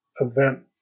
event